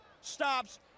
stops